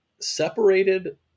separated